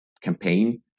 campaign